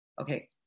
okay